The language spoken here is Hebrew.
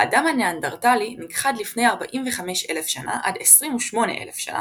האדם הניאנדרטלי נכחד לפני 45 אלף שנה עד 28 אלף שנה